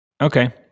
Okay